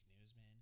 Newsman